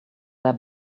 their